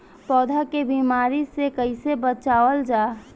पौधा के बीमारी से कइसे बचावल जा?